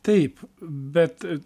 taip bet